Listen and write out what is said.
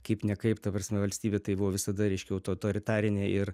kaip ne kaip ta prasme valstybė tai buvo visada reiškia autotoritarinė ir